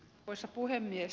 arvoisa puhemies